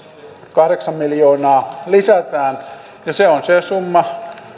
kahdeksan miljoonaa lisätään ja se